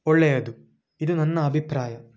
ಒಳ್ಳೆಯದು ಇದು ನನ್ನ ಅಭಿಪ್ರಾಯ